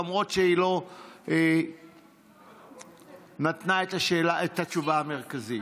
למרות שהיא לא נתנה את התשובה המרכזית.